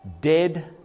dead